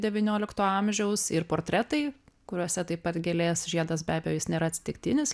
devyniolikto amžiaus ir portretai kuriuose taip pat gėlės žiedas be abejo jis nėra atsitiktinis